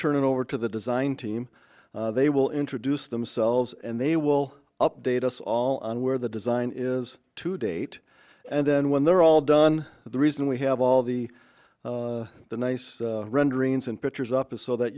turn it over to the design team they will introduce themselves and they will update us all on where the design is to date and then when they're all done the reason we have all the the nice renderings and pictures up is so that